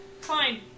Fine